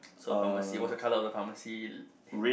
so pharmacy what's the color of the pharmacy head